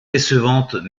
décevantes